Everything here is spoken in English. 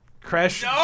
Crash